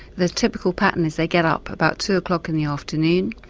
the typical pattern is they get up about two o'clock in the afternoon,